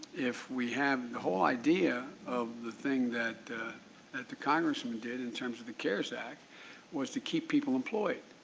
if we have the whole idea of the thing that that the congressmen dead in terms of the cares act was to keep people employed.